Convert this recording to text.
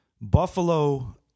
Buffalo